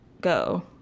go